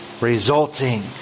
resulting